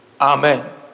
Amen